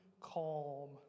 calm